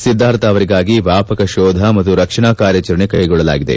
ಸಿದ್ದಾರ್ಥ ಅವರಿಗಾಗಿ ವ್ಯಾಪಕ ಶೋಧ ಮತ್ತು ರಕ್ಷಣಾ ಕಾರ್ಯಾಚರಣೆ ಕೈಗೊಳ್ಳಲಾಗಿದೆ